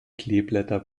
kleeblätter